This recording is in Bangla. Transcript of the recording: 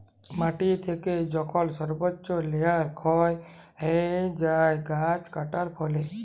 মাটি থেকে যখল সর্বচ্চ লেয়ার ক্ষয় হ্যয়ে যায় গাছ কাটার ফলে